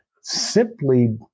simply